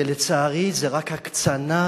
ולצערי זה רק הקצנה,